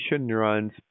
neurons